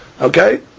Okay